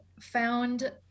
found